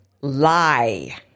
lie